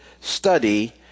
study